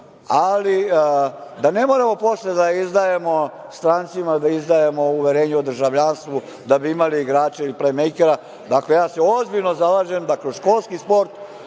itd. Da ne moramo posle da izdajemo strancima uverenje o državljanstvu da bi imali igrače i plejmejkera. Dakle, ja se ozbiljno zalažem da kroz školski sport,